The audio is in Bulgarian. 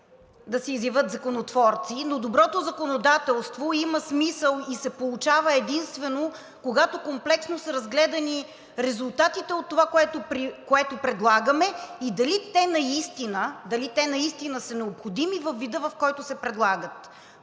да се изявят законотворци, но доброто законодателство има смисъл и се получава единствено, когато комплексно са разгледани резултатите от това, което предлагаме, и дали те наистина са необходими във вида, в който се предлагат.